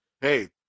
hey